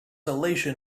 elation